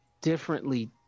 differently